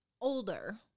older